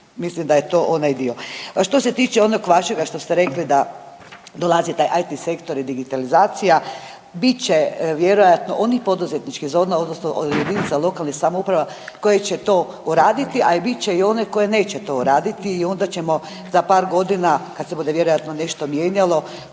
mislim da je to onaj dio. A što se tiče onog vašega što ste rekli da dolazi taj IT sektor i digitalizacija bit će vjerojatno onih poduzetničkih zona odnosno JLS koje će to uraditi, a i bit će i one koje neće to uraditi i onda ćemo za par godina kad se bude vjerojatno nešto mijenjalo